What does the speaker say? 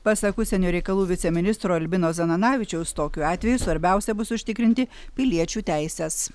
pasak užsienio reikalų viceministro albino zananavičiaus tokiu atveju svarbiausia bus užtikrinti piliečių teises